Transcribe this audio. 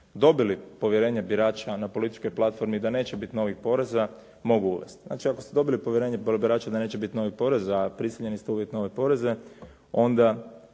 dobili povjerenje birača na političkoj platformi da neće biti novih poreza mogu uvesti. Znači ako ste dobili povjerenje birača da neće biti novih poreza, a prisiljeni ste uvesti nove poreze, onda